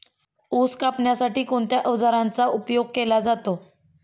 ऊस कापण्यासाठी कोणत्या अवजारांचा उपयोग केला जातो?